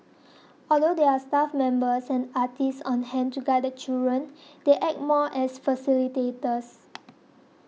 although there are staff members and artists on hand to guide the children they act more as facilitators